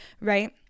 right